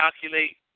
calculate